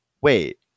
Wait